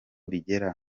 bigera